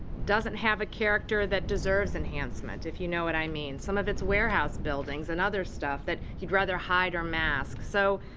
doesn't have a character that deserves enhancement, if you know what i mean. some of it's warehouse buildings and other stuff that you'd rather hide or mask. so,